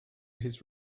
his